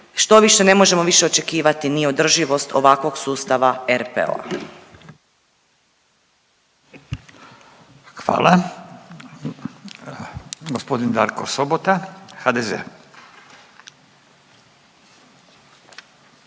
štoviše ne možemo više očekivati ni održivost ovakvog sustava RPO-a. **Radin,